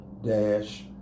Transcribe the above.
dash